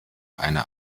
eine